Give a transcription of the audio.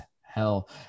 hell